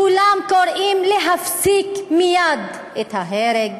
כולם קוראים להפסיק מייד את ההרג,